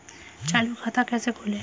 चालू खाता कैसे खोलें?